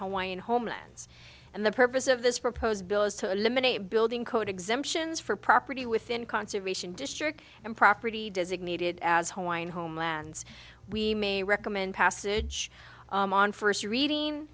hawaiian homelands and the purpose of this proposed bill is to eliminate building code exemptions for property within conservation district and property designated as hoeing homelands we may recommend passage on first reading